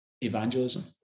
evangelism